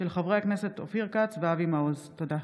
תודה.